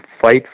fight